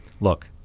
look